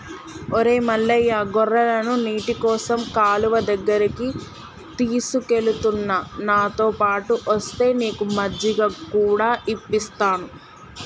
ఒరై మల్లయ్య గొర్రెలను నీటికోసం కాలువ దగ్గరికి తీసుకుఎలుతున్న నాతోపాటు ఒస్తే నీకు మజ్జిగ కూడా ఇప్పిస్తాను